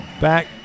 Back